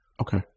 okay